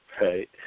right